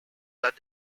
that